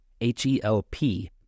H-E-L-P